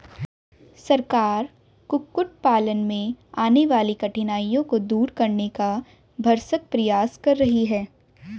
सरकार कुक्कुट पालन में आने वाली कठिनाइयों को दूर करने का भरसक प्रयास कर रही है